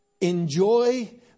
enjoy